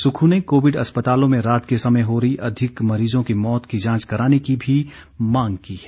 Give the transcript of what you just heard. सुक्खू ने कोविड अस्पतालों में रात के समय हो रही अधिक मरीजों की मौत की जांच कराने की मांग भी की है